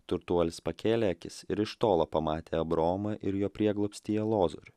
turtuolis pakėlė akis ir iš tolo pamatė abraomą ir jo prieglobstyje lozorių